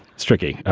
striking,